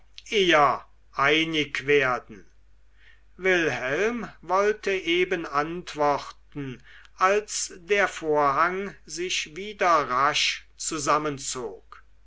eher einig werden wilhelm wollte eben antworten als der vorhang sich wieder rasch